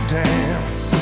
dance